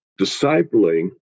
Discipling